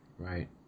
Right